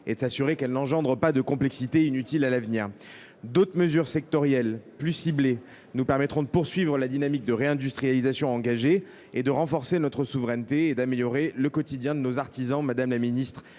et de s’assurer qu’il n’engendrera pas de complexité inutile à l’avenir. D’autres mesures sectorielles plus ciblées nous permettront de poursuivre la dynamique de réindustrialisation engagée, de renforcer notre souveraineté et d’améliorer le quotidien de nos artisans, comme peut en